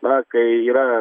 na kai yra